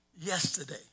Yesterday